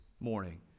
morning